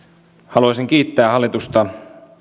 haluaisin kiittää hallitusta